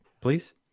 please